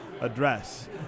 address